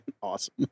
awesome